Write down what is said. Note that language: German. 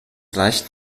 reicht